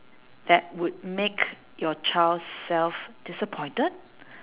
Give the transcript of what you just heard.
that would make your child self disappointed